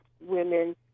women